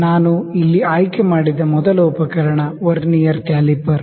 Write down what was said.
ನಾನು ಇಲ್ಲಿ ಆಯ್ಕೆ ಮಾಡಿದ ಮೊದಲ ಉಪಕರಣ ವರ್ನಿಯರ್ ಕ್ಯಾಲಿಪರ್